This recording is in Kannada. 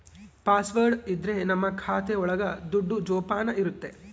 ಪಾಸ್ವರ್ಡ್ ಇದ್ರೆ ನಮ್ ಖಾತೆ ಒಳಗ ದುಡ್ಡು ಜೋಪಾನ ಇರುತ್ತೆ